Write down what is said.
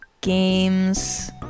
games